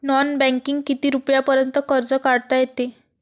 Non बँकिंगनं किती रुपयापर्यंत कर्ज काढता येते?